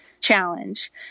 challenge